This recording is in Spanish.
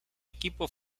equipo